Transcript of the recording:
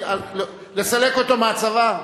תודה רבה,